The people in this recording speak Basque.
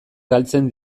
galtzen